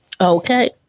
Okay